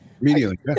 Immediately